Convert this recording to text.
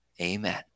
Amen